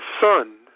son